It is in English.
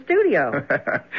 studio